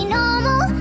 normal